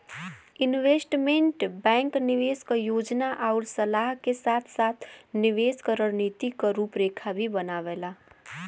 investment bank निवेश क योजना आउर सलाह के साथ साथ निवेश क रणनीति क रूपरेखा भी बनावेला